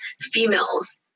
females